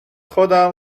خودم